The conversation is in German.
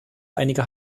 einige